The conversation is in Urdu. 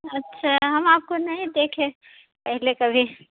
اچھا ہم آپ کو نہیں دیکھے پہلے کبھی